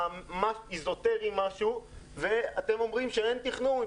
האיזוטריים משהו ואתם אומרים שאין תכנון,